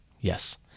yes